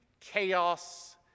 chaos